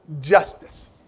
justice